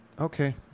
Okay